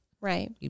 right